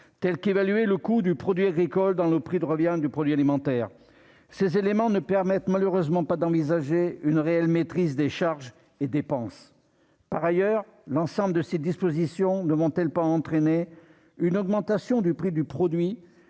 l'évaluation du coût du produit agricole dans le prix de revient du produit alimentaire. Les mesures prévues ne permettent malheureusement pas d'envisager une réelle maîtrise des charges et dépenses. Par ailleurs, l'ensemble de ces dispositions n'entraîneront-elles pas une augmentation du prix du produit,